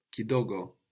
Kidogo